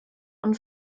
und